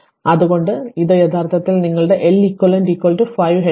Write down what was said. അതിനാൽ അതുകൊണ്ടാണ് ഇത് യഥാർത്ഥത്തിൽ നിങ്ങളുടെ L eq ഇത് 5 ഹെൻറി